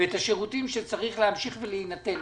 ואת השירותים שצריך להמשיך להינתן,